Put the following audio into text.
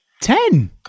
Ten